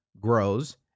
grows